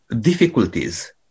difficulties